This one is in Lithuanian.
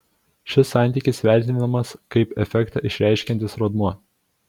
šis santykis vertinamas kaip efektą išreiškiantis rodmuo